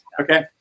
Okay